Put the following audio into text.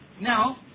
Now